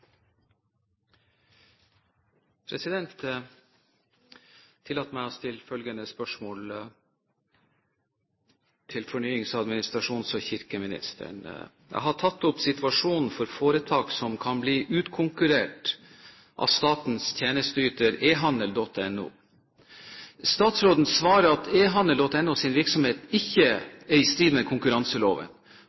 til fornyings-, administrasjons- og kirkeministeren: «Jeg har tatt opp situasjonen for foretak som kan bli utkonkurrert av statens tjenesteyter Ehandel.no. Statsråden svarer at Ehandel.nos virksomhet ikke er i strid med konkurranseloven,